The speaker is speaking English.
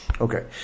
Okay